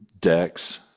decks